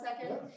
second